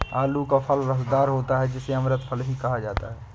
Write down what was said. आलू का फल रसदार होता है जिसे अमृत फल भी कहा जाता है